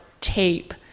tape